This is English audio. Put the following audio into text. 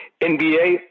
NBA